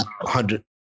hundred